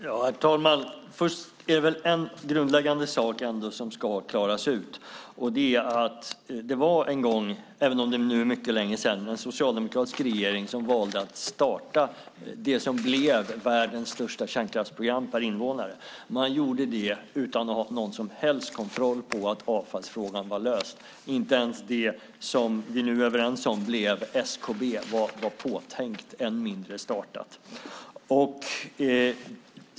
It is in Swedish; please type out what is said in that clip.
Herr talman! Först är det en grundläggande sak som ska klaras ut. Det var en gång, även om det nu är mycket länge sedan, en socialdemokratisk regering som valde att starta det som blev världens största kärnkraftsprogram per invånare. Man gjorde det utan att ha någon som helst kontroll på att avfallsfrågan var löst. Inte ens det som blev SKB var påtänkt, än mindre startat.